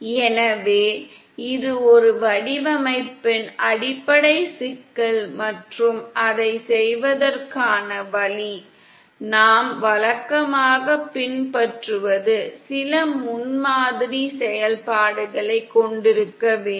எனவே இது ஒரு வடிவமைப்பின் அடிப்படை சிக்கல் மற்றும் அதைச் செய்வதற்கான வழி நாம் வழக்கமாகப் பின்பற்றுவது சில முன்மாதிரி செயல்பாடுகளைக் கொண்டிருக்க வேண்டும்